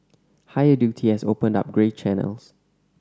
higher duty has opened up grey channels